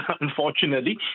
unfortunately